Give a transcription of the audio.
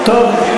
טוב,